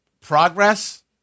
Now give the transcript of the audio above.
progress